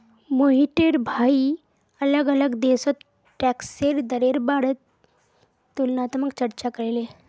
मोहिटर भाई अलग अलग देशोत टैक्सेर दरेर बारेत तुलनात्मक चर्चा करले